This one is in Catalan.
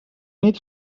nit